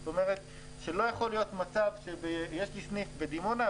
זאת אומרת שלא יכול להיות מצב שיש לי סניף בדימונה,